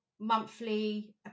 monthly